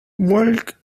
walk